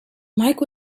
mike